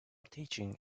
teaching